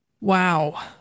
Wow